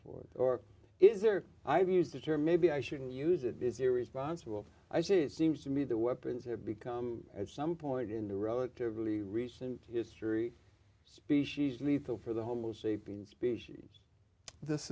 forth or is there i've used the term maybe i shouldn't use it is irresponsible i see it seems to me the weapons have become at some point in the relatively recent history species lethal for the homo sapiens species this